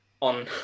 on